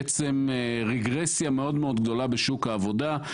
בעצם רגרסיה מאוד מאוד גדולה בשוק העבודה.